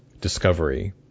Discovery